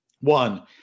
One